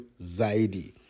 Zaidi